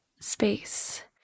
space